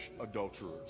adulterers